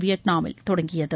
வியட்நாமில் தொடங்கியது